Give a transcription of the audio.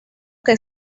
que